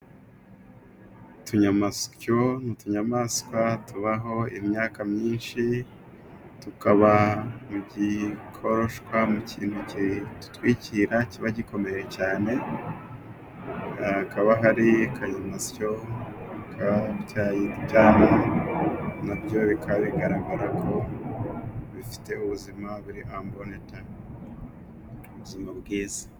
Utunyamasyo n'utunyamaswa tubaho imyaka myinshi, tukaba mu gikoreshwa mu kintu kitwikira kiba gikomeye cyane. Hakaba hari akanyamasyo kabaye ibyana nabyo bikaba bigaragara ko bifite Ubuzima bwiza.